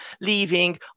leaving